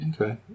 Okay